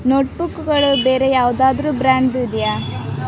note ಬುಕ್ಕುಗಳು ಬೇರೆ ಯಾವುದಾದ್ರೂ ಬ್ರ್ಯಾಂಡ್ದು ಇದೆಯಾ